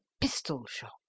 pistol-shot